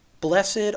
Blessed